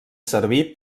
servir